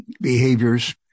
behaviors